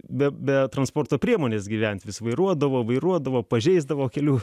be transporto priemonės gyventi vis vairuodavo vairuodavo pažeisdavo kelių